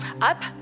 up